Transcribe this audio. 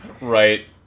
Right